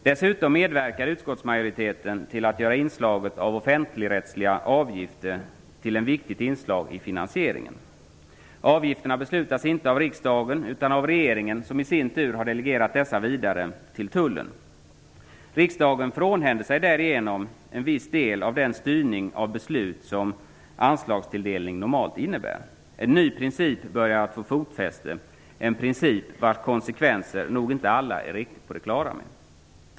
Dessutom medverkar utskottsmajoriteten till att göra inslaget av offentligrättsliga avgifter till ett viktigt inslag i finansieringen. Avgifterna beslutas inte av riksdagen, utan av regeringen, som i sin tur delegerat dessa vidare till Tullen. Riksdagen frånhänder sig därigenom en viss del av den styrning som beslut av anslagstilldelning normalt innebär. En ny princip börjar att få fotfäste vars konsekvenser nog alla inte är på det klara med.